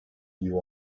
you